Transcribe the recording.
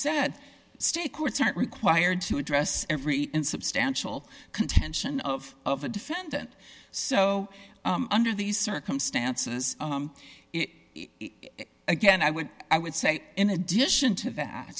said state courts aren't required to address every insubstantial contention of of a defendant so under these circumstances it again i would i would say in addition to that